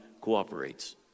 cooperates